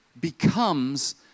becomes